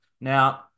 Now